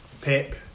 Pep